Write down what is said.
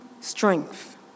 strength